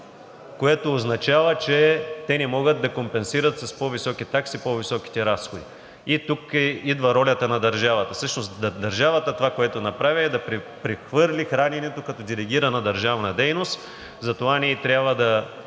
Това означава, че те не могат да компенсират с по-високи такси по-високите разходи. Тук идва ролята на държавата. Всъщност държавата, което направи, е да прехвърли храненето като делегирана държавна дейност. Затова ние трябва да